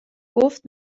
گفت